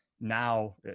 now